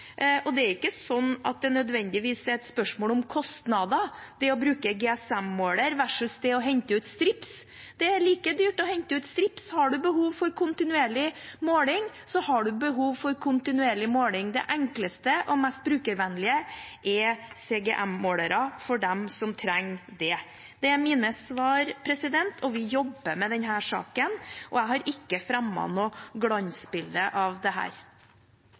Og det er ikke sånn at det å bruke CGM-måler versus det å hente ut strips nødvendigvis er et spørsmål om kostnader. Det er like dyrt å hente ut strips. Har du behov for kontinuerlig måling, har du behov for kontinuerlig måling. Det enkleste og mest brukervennlige er CGM-målere for dem som trenger det. Det er mine svar. Vi jobber med denne saken, og jeg har ikke fremmet noe glansbilde av dette. Uttalelsen til statsråden om at de som trenger en CGM, får det,